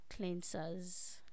cleansers